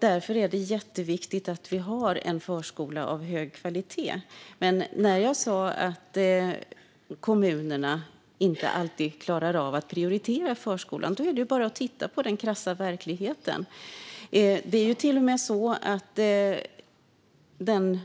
Därför är det jätteviktigt att vi har en förskola av hög kvalitet. Jag sa att kommunerna inte alltid klarar av att prioritera förskolan. Det är bara att titta på den krassa verkligheten. Det är ju till och med så att den